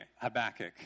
Habakkuk